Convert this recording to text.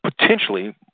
potentially